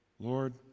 Lord